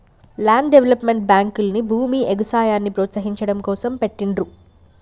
land development బ్యేంకుల్ని భూమి, ఎగుసాయాన్ని ప్రోత్సహించడం కోసం పెట్టిండ్రు